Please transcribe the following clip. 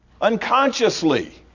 unconsciously